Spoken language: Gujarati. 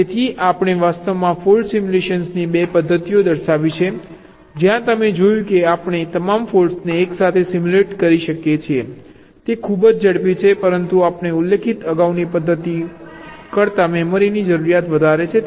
તેથી આપણે વાસ્તવમાં ફોલ્ટ સિમ્યુલેશનની 2 પદ્ધતિઓ દર્શાવી છે જ્યાં તમે જોયું છે કે આપણે તમામ ફોલ્ટ્સને એકસાથે સિમ્યુલેટ કરી શકીએ છીએ તે ખૂબ જ ઝડપી છે પરંતુ આપણે ઉલ્લેખિત અગાઉની પદ્ધતિઓ કરતાં મેમરીની જરૂરિયાત વધારે છે